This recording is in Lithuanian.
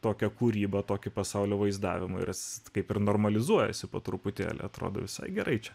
tokią kūrybą tokį pasaulio vaizdavimui ras kaip ir normalizuojasi po truputėlį atrodo visai gerai čia